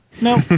No